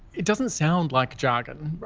it doesn't sound like jargon,